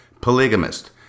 Polygamist